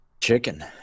Chicken